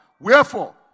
Wherefore